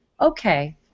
Okay